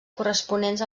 corresponents